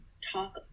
talk